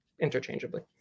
interchangeably